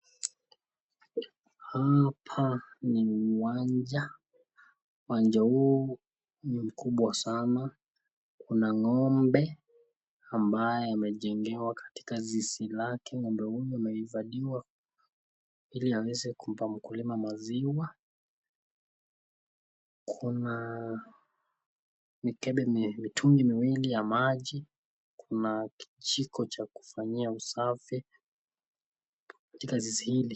Hapa ni uwanja. Uwanja huu ni mkubwa sanaa. Kuna ngombe ambaye amejengewa katika zizi lake. Ngombe huyu amehifadhiwa ili aweze kumpa mkulima maziwa. Kuna mikebe, mitungi miwili ya maji, kuna kijiko cha kufanyia usafi katika zizi hili.